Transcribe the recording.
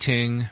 Ting